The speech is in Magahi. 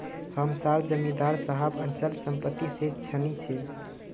हम सार जमीदार साहब अचल संपत्ति से धनी छे